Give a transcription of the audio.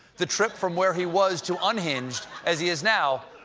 the trip from where he was to unhinged, as he is now,